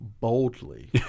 boldly